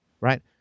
right